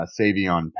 Savion